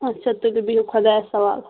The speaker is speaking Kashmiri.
اچھا تُلِو بِہو خۄدایس حوال